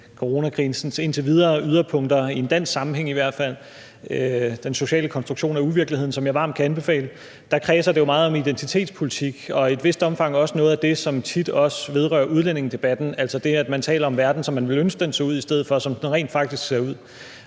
yderpunkter indtil videre, i hvert fald i en dansk sammenhæng, »Den sociale konstruktion af uvirkeligheden«, som jeg varmt kan anbefale, kredses der jo meget om identitetspolitik og i et vist omfang også om noget af det, som tit vedrører udlændingedebatten – altså det, at man taler om verden, som man ville ønske den så ud, i stedet for som den rent faktisk ser ud.